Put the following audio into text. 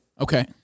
Okay